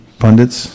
pundits